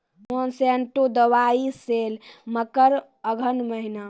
Monsanto दवाई sale मकर अघन महीना,